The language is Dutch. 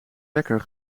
wekker